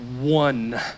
one